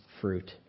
fruit